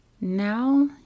Now